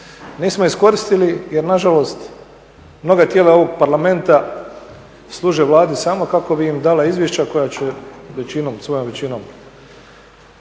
Nismo iskoristili jer nažalost mnoga tijela ovog parlamenta služe Vladi samo kako bi im dala izvješća koja će većinom,